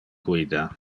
guida